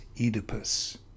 Oedipus